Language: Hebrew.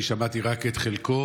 כי שמעתי רק את חלקה.